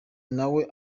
nawe